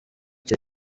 cye